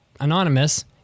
Anonymous